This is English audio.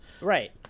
Right